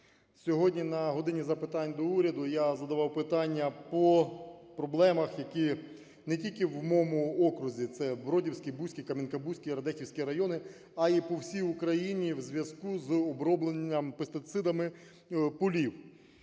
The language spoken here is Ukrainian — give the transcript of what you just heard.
Сьогодні на "годині запитань до Уряду" я задавав питання по проблемах, які не тільки в моєму окрузі – це Бродівський, Бузький, Кам'янка-Бузький, Радехівський райони – а й по всій Україні у зв'язку з обробленням пестицидами полів.